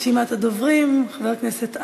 רשימת הדוברים: חבר הכנסת אייכלר,